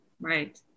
Right